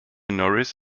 norris